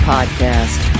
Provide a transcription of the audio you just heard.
Podcast